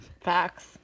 Facts